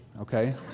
okay